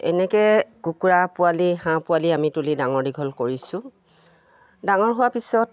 এনেকৈ কুকুৰা পোৱালি হাঁহ পোৱালি আমি তুলি ডাঙৰ দীঘল কৰিছোঁ ডাঙৰ হোৱাৰ পিছত